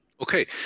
Okay